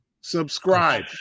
Subscribe